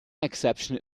exception